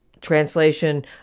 translation